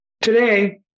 Today